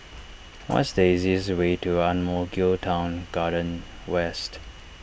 what is the easiest way to Ang Mo Kio Town Garden West